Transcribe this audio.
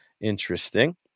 Interesting